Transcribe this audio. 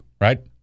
Right